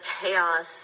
chaos